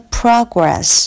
progress